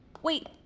Wait